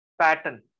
pattern